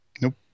Nope